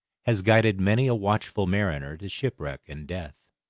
has guided many a watchful mariner to shipwreck and death.